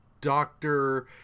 doctor